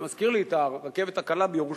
זה מזכיר לי את הרכבת הקלה בירושלים.